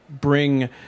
bring